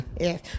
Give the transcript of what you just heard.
Yes